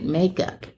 makeup